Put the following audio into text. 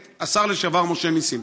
את השר לשעבר משה נסים.